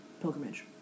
pilgrimage